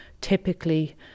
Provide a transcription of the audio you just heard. typically